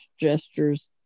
gestures